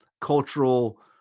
cultural